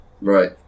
Right